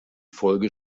folge